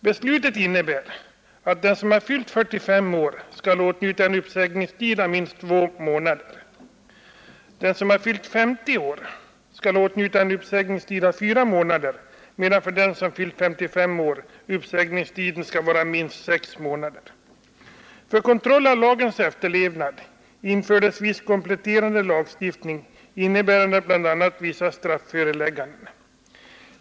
Beslutet innebär att den som har fyllt 45 år skall åtnjuta en uppsägningstid av minst två månader. Den som har fyllt 50 år skall åtnjuta en uppsägningstid av fyra månader, medan för den som har fyllt 55 år uppsägningstiden skall vara minst sex månader. För kontroll av lagens efterlevnad infördes viss kompletterande lagstiftning, innebärande bl.a. vissa strafförelägganden.